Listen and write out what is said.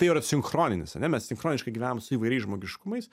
tai yra sinchroninis ane mes sinchroniškai gyvenam su įvairiais žmogiškumais